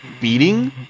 beating